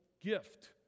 gift